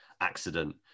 accident